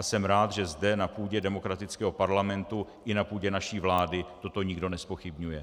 Jsem rád, že zde na půdě demokratického parlamentu i na půdě naší vlády toto nikdo nezpochybňuje.